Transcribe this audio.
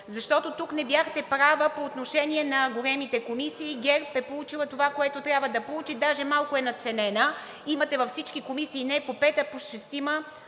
Защото тук не бяхте права – по отношение на големите комисии, ГЕРБ е получила това, което трябва да получи, даже малко е надценена. Имате във всички комисии не по пет, а по шестима